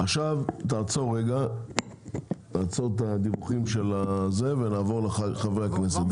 עכשיו נעצור את הדיווחים ונעבור לחברי הכנסת,